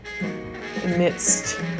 amidst